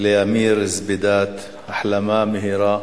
למוחמד זבידאת החלמה מהירה,